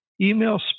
Email